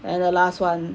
and the last one